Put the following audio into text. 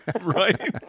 Right